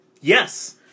Yes